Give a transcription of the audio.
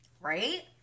right